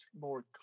more